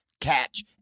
Catch